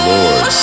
Lord